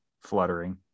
fluttering